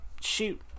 shoot